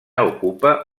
ocupa